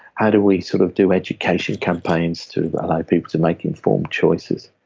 how do we sort of do education campaigns to allow people to make informed choices?